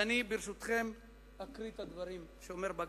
וברשותכם אקריא את הדברים שאומר בג"ץ.